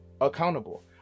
accountable